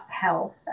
health